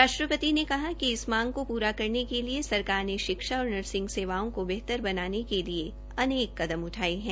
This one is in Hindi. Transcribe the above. राष्ट्रपति ने कहा कि इस मांग को पूरा करने के लिए सरकार ने शिक्षा और नर्सिंग सेवाओं को बेहतर बनाने के लिए अनेक कदम उइायें है